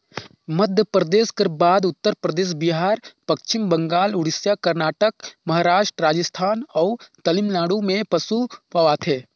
मध्यपरदेस कर बाद उत्तर परदेस, बिहार, पच्छिम बंगाल, उड़ीसा, करनाटक, महारास्ट, राजिस्थान अउ तमिलनाडु में पसु पवाथे